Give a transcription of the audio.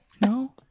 No